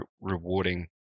rewarding